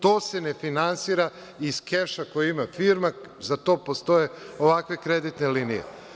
To se ne finansira iz keša koje ima Firmak, za to postoje ovakve kreditne linije.